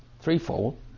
threefold